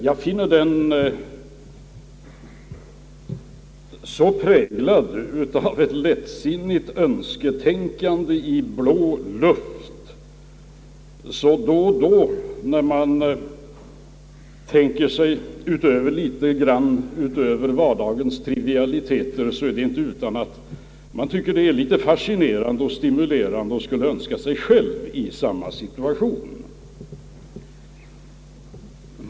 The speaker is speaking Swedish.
Jag finner den så präglad av ett lättsinnigt önsketänkande i blå luft att det, när man tänker litet grand utöver vardagens trivialiteter, inte är utan att man tycker det är både fascinerande och stimulerande och skulle önska sig själv i samma situation.